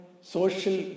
social